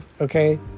Okay